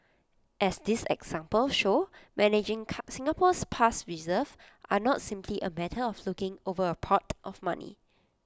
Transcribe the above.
as these examples show managing Singapore's past reserves are not simply A matter of looking over A pot of money